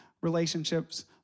relationships